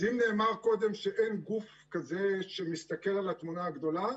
אז אם נאמר קודם שאין גוף כזה שמסתכל על התמונה הגדולה,